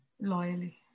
Loyally